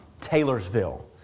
Taylorsville